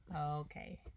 Okay